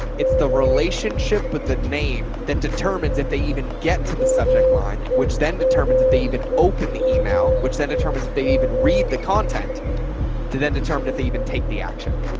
it's the relationship with the name that determines if they even get to the subject line, which then determines if they even open the email, which then determines if they even read the content to then determine if they even take the action.